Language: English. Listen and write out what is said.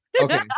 okay